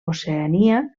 oceania